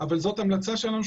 אבל זו המלצה שלנו.